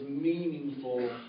meaningful